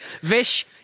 Vish